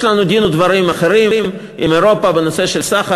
יש לנו דין ודברים אחר עם אירופה בנושא של סחר,